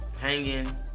Hanging